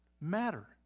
matter